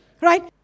Right